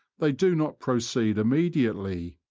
they do not proceed immediately,